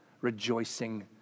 rejoicing